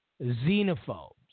xenophobes